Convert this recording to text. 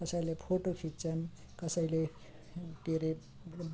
कसैले फोटो खिच्छन् कसैले के अरे